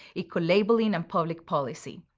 ecolabelling and public policy.